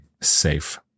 safe